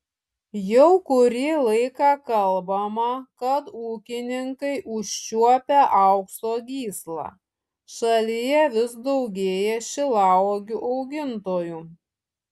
jau kurį laiką kalbama kad ūkininkai užčiuopę aukso gyslą šalyje vis daugėja šilauogių augintojų